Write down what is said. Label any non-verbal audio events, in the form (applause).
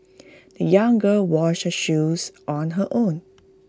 (noise) the young girl washed her shoes on her own